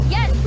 Yes